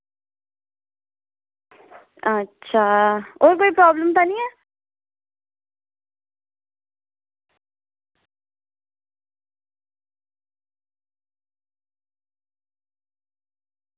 अच्छा होर कोई प्रॉब्लम ते निं ऐ